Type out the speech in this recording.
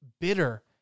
bitter